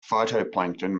phytoplankton